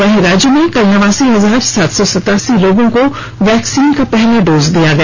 वहीं राज्य में कल नवासी हजार सात सौ सतासी लोगों को वैक्सीन का पहला डोज दिया गया